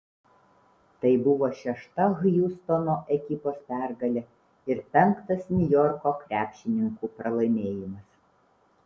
tai buvo šešta hjustono ekipos pergalė ir penktas niujorko krepšininkų pralaimėjimas